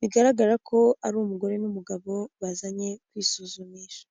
bigaragara ko ari umugore n'umugabo bazanye kwisuzumisha.